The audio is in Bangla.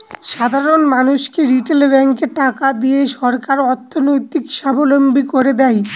সাধারন মানুষদেরকে রিটেল ব্যাঙ্কে টাকা দিয়ে সরকার অর্থনৈতিক সাবলম্বী করে দেয়